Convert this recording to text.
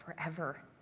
forever